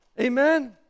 amen